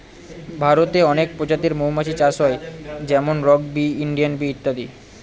ভারতে অনেক প্রজাতির মৌমাছি চাষ হয় যেমন রক বি, ইন্ডিয়ান বি ইত্যাদি